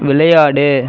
விளையாடு